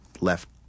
left